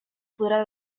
podrà